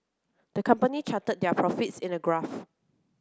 the company charted their profits in a graph